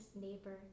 neighbor